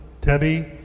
Debbie